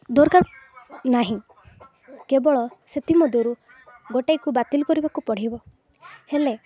ଦରକାର ନାହିଁ କେବଳ ସେଥିମଧ୍ୟରୁ ଗୋଟାକୁ ବାତିଲ କରିବାକୁ ପଡ଼ିବ ହେଲେ